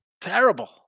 Terrible